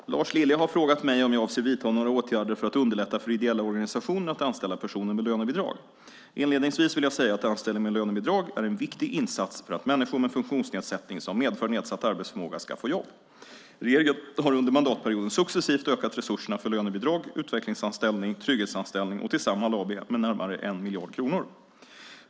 Herr talman! Lars Lilja har frågat mig om jag avser att vidta några åtgärder för att underlätta för ideella organisationer att anställa personer med lönebidrag. Inledningsvis vill jag säga att anställning med lönebidrag är en viktig insats för att människor med funktionsnedsättning som medför nedsatt arbetsförmåga ska få jobb. Regeringen har under mandatperioden successivt ökat resurserna för lönebidrag, utvecklingsanställning, trygghetsanställning och till Samhall AB med närmare 1 miljard kronor.